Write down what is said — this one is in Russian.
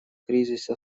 кризиса